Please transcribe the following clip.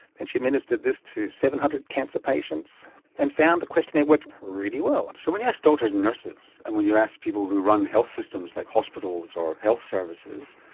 and she administered this to seven hundred cancer patients and found the questionnaire worked really well. so when you ask doctors and nurses and when you ask people who run health systems like hospitals or health services,